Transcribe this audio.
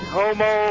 homo